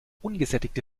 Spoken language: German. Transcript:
ungesättigte